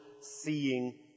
seeing